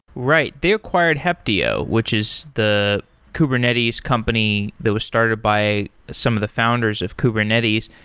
right. they acquired heptio, which is the kubernetes company that was started by some of the founders of kubernetes.